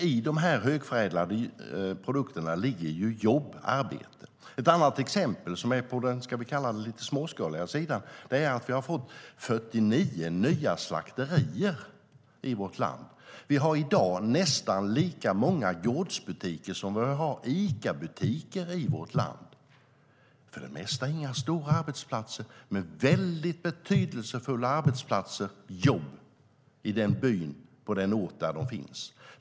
I dessa högförädlade produkter ligger jobb och arbete. Ett annat exempel på den lite mer småskaliga sidan, om vi kallar den så, är att vi har fått 49 nya slakterier i vårt land. Vi har i dag nästan lika många gårdsbutiker som Icabutiker i vårt land. För det mesta är det inga stora arbetsplatser, men väldigt betydelsefulla sådana eftersom de ger jobb i den by och på den ort där de finns.